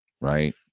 right